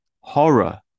horror